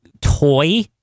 toy